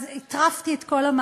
אז הטרפתי את כל המערכת,